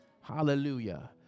Hallelujah